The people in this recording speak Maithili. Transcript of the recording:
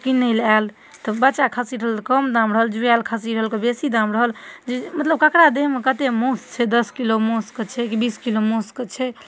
तऽ किनैलए आयल तऽ बच्चा खस्सी रहल तऽ कम दाम रहल जुआयल खस्सी रहल तऽ बेसी दाम रहल मतलब ककरा देहमे कते मासु छै दस किलो मासुके छै कि बीस किलो मासुके छै